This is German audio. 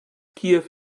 kiew